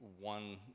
one